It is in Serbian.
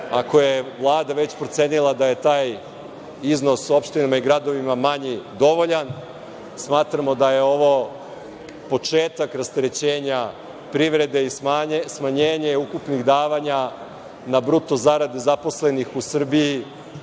ako je Vlada već procenila da je taj iznos opštinama i gradovima manji dovoljan, smatramo da je ovo početak rasterećenja privrede i smanjenje ukupnih davanja na bruto zarade zaposlenih u Srbiji